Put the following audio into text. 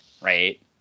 right